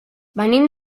venim